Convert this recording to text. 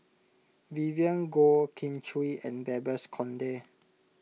Vivien Goh Kin Chui and Babes Conde